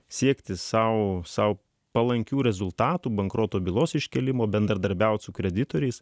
siekti sau sau palankių rezultatų bankroto bylos iškėlimo bendradarbiauti su kreditoriais